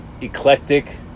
eclectic